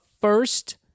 first